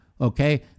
okay